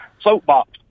soapbox